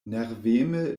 nerveme